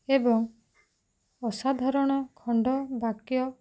ଏବଂ ଅସାଧାରଣ ଖଣ୍ଡବାକ୍ୟ